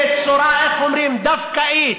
ובצורה דווקאית,